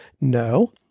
No